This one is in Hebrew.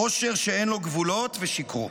עושר שאין לו גבולות, ושיקרו,